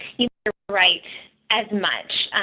you write as much.